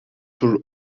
tur